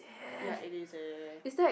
ya it is a